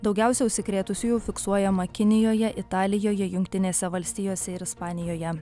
daugiausiai užsikrėtusiųjų fiksuojama kinijoje italijoje jungtinėse valstijose ir ispanijoje